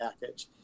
package